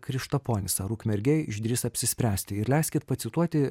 krištaponis ar ukmergėj išdrįs apsispręsti ir leiskit pacituoti